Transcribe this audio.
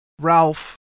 Ralph